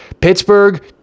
Pittsburgh